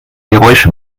geräusche